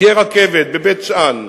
תהיה רכבת, בבית-שאן.